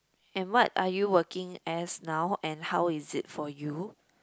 and what are you working as now and how is it for you